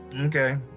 okay